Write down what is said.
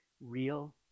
real